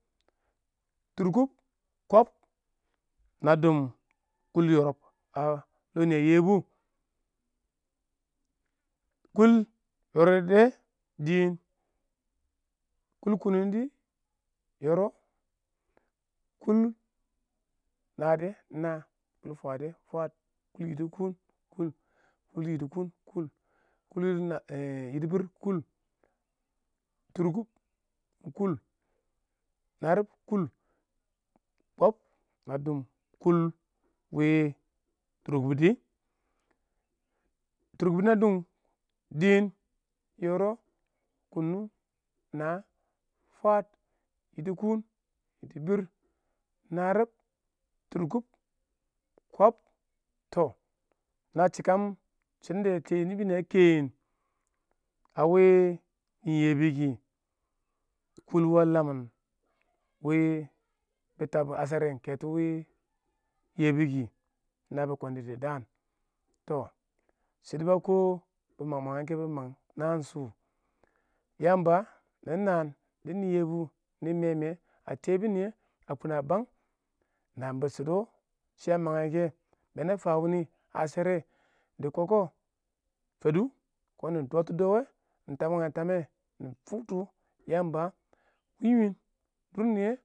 tʊrkʊb kib na dub kʊl yɪrɪb wɪɪn na yɛbʊ kʊl yɪrɪb dɛ dɪɪn kʊl kʊnʊng dɪ yɪrɪb kʊl naa dɛ iɪng naa, kʊl fwaad dɛ iɪng fwaad kʊl kuun dɪ, iɪng yidi kuun kʊl yidi biir, kui harib kʊl kib na dʊm wɪɪn tʊrkʊb dɪ na dʊm dɪɪn yɪrɪb kʊnʊng naa fwaad yidi kuun yidi biir, narɪb tʊrkʊb kib shɪdən da tebun niyɛ a keni a wɪɪn nɪn yɛbʊ kɪ kʊl wʊ a lamɪn wɪɪn tab wɪɪn ngasheren keto wɪɪn yɛbʊ kɪ habi kiɪn dɪ dɪ daan yo shɪdo ba kɪ bɪ mang ma magnge kɛ bɪ mang haan shʊ Yamba mɪ naan dɪ nɪn yɛbʊ nɪ mame a tɛa bʊn niyɛ a kumbang na jimbs shɪdo shɪ a mang nge kə ba na fan wuni ngashare dɪ koko fadu kiɪn, kiɪn nɪ dsts dstswa nɪ tabange a tamɛ nɪ fʊctɔ Yamba wummni dʊn niyɛ